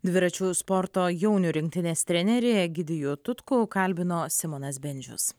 dviračių sporto jaunių rinktinės trenerį egidijų tutkų kalbino simonas bendžius